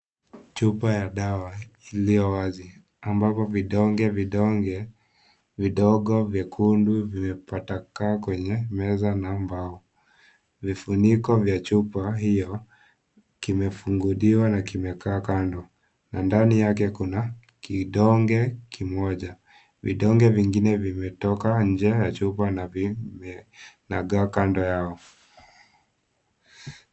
Chupa ya dawa iliyo wazi, ambapo vidonge vidonge, vidogo, vyekundu, vimetabakaa kwa meza na mbao. Vifuniko vya chupa hiyo, kimefunguliwa na kimekaa kando. Na ndani yake kuna kidonge kimoja. Vidonge vingine vimetoka nje ya chupa na vimenagaa kando yao.